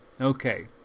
Okay